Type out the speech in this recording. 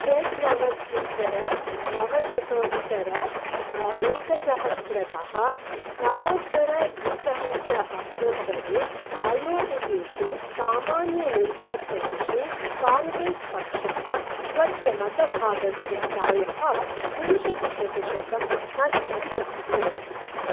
षन्नवत्युत्तरनवशतोत्तर एकसहस्रतः नवोत्तरद्विसहस्र अभ्यन्तरे आयोजितेषु सामान्यनिर्वाचनेषु काङ्ग्रेस् पक्षः स्वस्य मतभागस्य प्रायः विंशतिप्रतिशतं नष्टं प्राप्नोत्